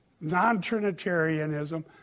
non-Trinitarianism